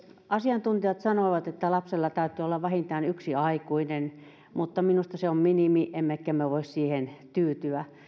asiantuntijat sanovat että lapsella täytyy olla vähintään yksi aikuinen mutta minusta se on minimi emmekä voi siihen tyytyä